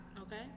Okay